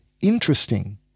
interesting